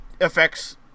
affects